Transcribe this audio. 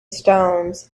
stones